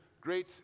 great